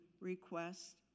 request